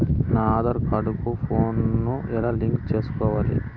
నా ఆధార్ కార్డు కు ఫోను ను ఎలా లింకు సేసుకోవాలి?